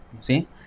See